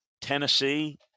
Tennessee